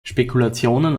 spekulationen